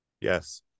yes